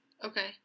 Okay